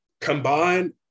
combined